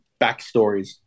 backstories